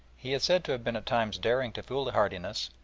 he is said to have been at times daring to foolhardiness,